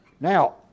Now